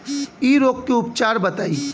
इ रोग के उपचार बताई?